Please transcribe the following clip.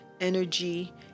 energy